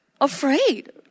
afraid